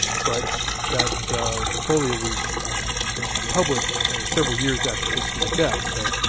but that folio was published several years after shakespeare's death, so